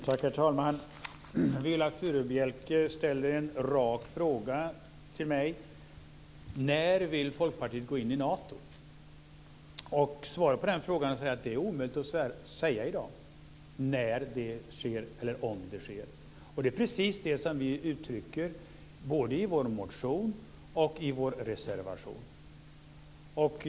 Herr talman! Viola Furubjelke ställer en rak fråga till mig: När vill Folkpartiet gå in i Nato? Svaret på den frågan är att det är omöjligt att säga i dag, när det sker eller om det sker. Det är precis det som vi uttrycker både i vår motion och i vår reservation.